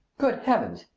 good heavens,